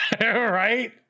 Right